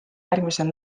järgmisel